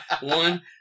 One